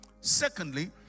Secondly